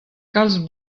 kalz